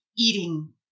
eating